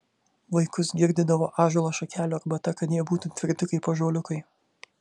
vaikus girdydavo ąžuolo šakelių arbata kad jie būtų tvirti kaip ąžuoliukai